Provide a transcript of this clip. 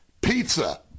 pizza